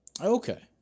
Okay